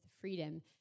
freedom